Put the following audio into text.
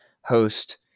host